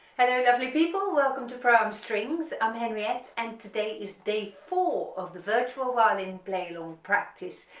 hello lovely people. welcome to pro am strings. i'm henriette and today is day four of the virtual violin play along practice,